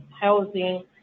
housing